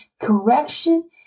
correction